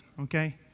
okay